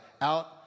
Out